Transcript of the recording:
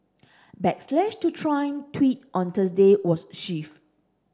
backlash to Trump tweet on Thursday was the